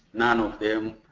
none of them,